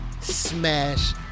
smash